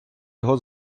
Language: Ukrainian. його